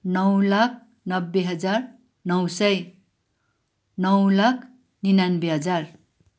नौ लाख नब्बे हजार नौ सय नौ लाख निनान्बे हजार